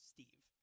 Steve